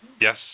Yes